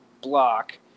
block